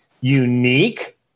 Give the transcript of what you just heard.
unique